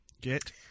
Get